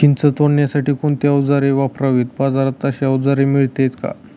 चिंच तोडण्यासाठी कोणती औजारे वापरावीत? बाजारात अशी औजारे मिळतात का?